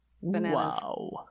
Wow